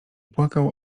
płakał